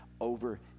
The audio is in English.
over